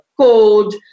code